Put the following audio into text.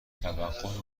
توقفی